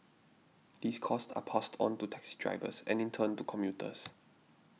these costs are passed on to taxi drivers and in turn to commuters